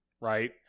right